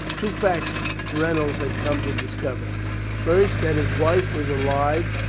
two facts reynolds had come to discover first that his wife was alive,